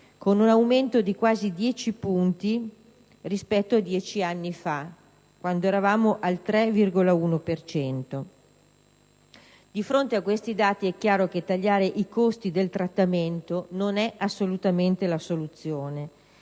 con un aumento di quasi dieci punti rispetto a dieci anni fa, quando eravamo al 3,1 per cento. Di fronte a questi dati è chiaro che tagliare i costi del trattamento non è assolutamente la soluzione,